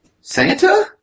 Santa